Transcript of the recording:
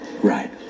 Right